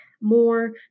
more